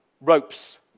Ropes